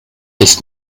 ist